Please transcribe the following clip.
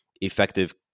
effective